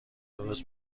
درست